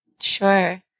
Sure